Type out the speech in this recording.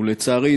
ולצערי,